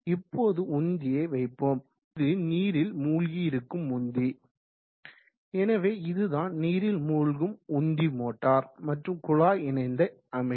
இப்போது உந்தியை வைப்போம் இது நீரில் மூழ்கி இருக்கும் உந்தி எனவே இதுதான் நீரில் மூழ்கும் உந்தி மோட்டார் மற்றும் குழாய் இணைந்த அமைப்பு